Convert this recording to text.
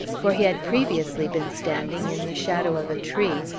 for he had previously been standing in the shadow of a tree,